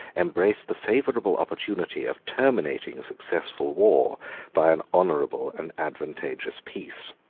embraced the favorable opportunity of terminating a successful war by an honorable and advantageous peace.